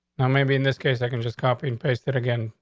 maybe in this case, i can just copy and paste it again.